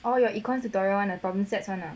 all your econs tutorial [one] the problem sets [one] ah